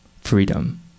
freedom